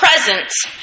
presence